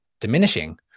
diminishing